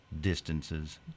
distances